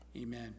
amen